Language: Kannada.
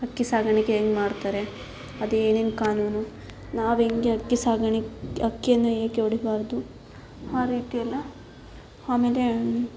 ಹಕ್ಕಿ ಸಾಗಾಣಿಕೆ ಹೆಂಗ್ ಮಾಡ್ತಾರೆ ಅದು ಏನೇನು ಕಾನೂನು ನಾವೆಂಗೆ ಹಕ್ಕಿ ಸಾಗಾಣಿಕೆ ಹಕ್ಕಿಯನ್ನು ಏಕೆ ಹೊಡಿಬಾರ್ದು ಆ ರೀತಿಯೆಲ್ಲ ಆಮೇಲೆ